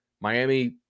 Miami –